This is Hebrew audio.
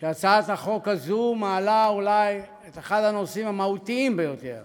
שהצעת החוק הזו מעלה אולי את אחד הנושאים המהותיים ביותר